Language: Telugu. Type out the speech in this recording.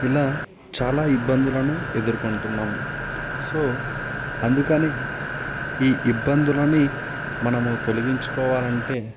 ఇలా చాలా ఇబ్బందులను ఎదుర్కొంటున్నాము సో అందుకని ఈ ఇబ్బందులని మనము తొలగించుకోవాలంటే